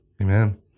Amen